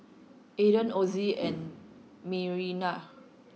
Aden Ozi and Mirinda